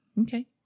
Okay